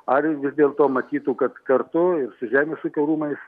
ar dėl to matytų kad kartu ir su žemės ūkio rūmais